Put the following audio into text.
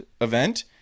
event